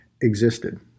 existed